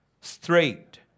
straight